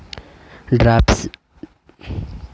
drafting से कही कही पे जमीन भी धंस जाला